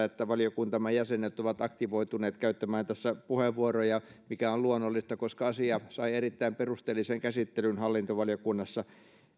että valiokuntamme jäsenet ovat aktivoituneet käyttämään tässä puheenvuoroja mikä on luonnollista koska asia sai erittäin perusteellisen käsittelyn hallintovaliokunnassa